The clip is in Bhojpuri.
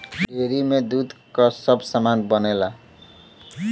डेयरी में दूध क सब सामान बनेला